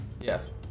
Yes